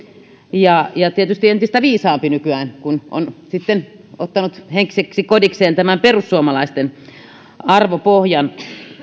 ja ja tietysti entistä viisaampi nykyään kun on ottanut henkiseksi kodikseen perussuomalaisten arvopohjan